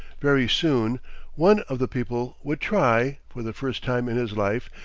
very soon one of the people would try, for the first time in his life,